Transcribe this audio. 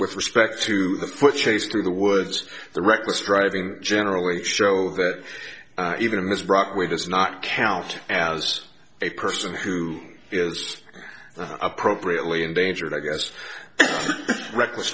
with respect to the foot chase through the woods the reckless driving generally show that even in this brockway does not count as a person who is appropriately endangered i guess reckless